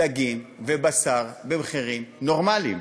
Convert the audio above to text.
דגים ובשר במחירים נורמליים.